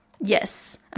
Yes